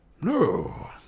No